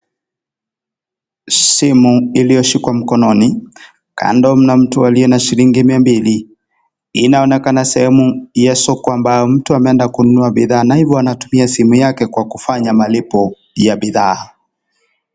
Simu iliyoshikwa mkononi, kando mna mtu aliye na shilingi mia mbili, inaonekana sehemu ya soko ambayo mtu ameenda kununua bidhaa na hivyo anatumia simu yake kufanya malipo ya bidhaa.